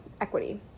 Equity